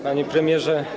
Panie Premierze!